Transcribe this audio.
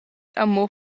amo